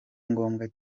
ngombwa